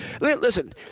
Listen